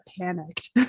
panicked